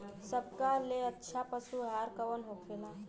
सबका ले अच्छा पशु आहार कवन होखेला?